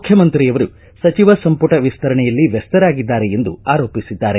ಮುಖ್ಯಮಂತ್ರಿಯವರು ಸಚಿವ ಸಂಪುಟ ವಿಸ್ತರಣೆಯಲ್ಲಿ ವ್ಯಸ್ತರಾಗಿದ್ದಾರೆ ಎಂದು ಆರೋಪಿಸಿದ್ದಾರೆ